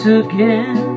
again